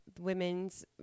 women's